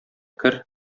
кер